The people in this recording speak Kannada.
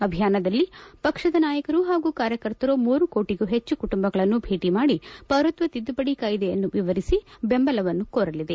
ಅಭಿಯಾನದಲ್ಲಿ ಪಕ್ಷದ ನಾಯಕರು ಹಾಗೂ ಕಾರ್ಯಕರ್ತರು ಮೂರು ಕೋಟಗೂ ಹೆಚ್ಚು ಕುಟುಂಬಗಳನ್ನು ಭೇಟ ಮಾಡಿ ಪೌರತ್ವ ತಿದ್ದುಪಡಿ ಕಾಯ್ದೆಯನ್ನು ವಿವರಿಸಿ ಬೆಂಬಲವನ್ನು ಕೋರಲಿದೆ